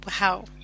Wow